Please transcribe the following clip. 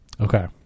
okay